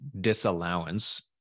disallowance